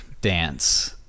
dance